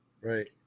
Right